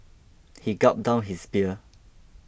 he gulped down his beer